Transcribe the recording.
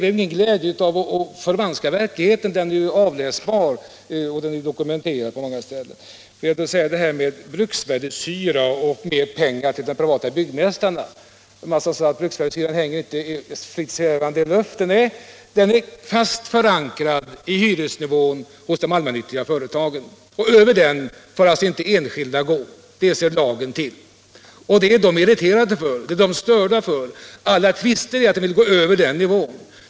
Vi har ingen glädje av att förvanska verkligheten — den är avläsbar och dokumenterad på många ställen. Så några ord om detta med bruksvärdeshyra och pengar till de privata byggmästarna. Herr Mattsson sade att bruksvärdeshyran inte svävar fritt i luften. Nej, den är fast förankrad i hyresnivån hos de allmännyttiga företagen, och över den får alltså inte de enskilda företagen gå — det ser lagen till. Och detta är de enskilda företagen irriterade och störda av; alla tvister handlar om att dessa företag vill gå över den nivån.